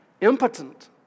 impotent